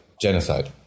genocide